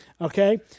okay